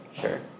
sure